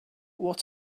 what